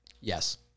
yes